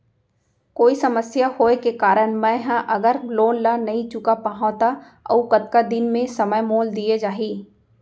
कोई समस्या होये के कारण मैं हा अगर लोन ला नही चुका पाहव त अऊ कतका दिन में समय मोल दीये जाही?